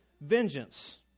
vengeance